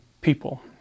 people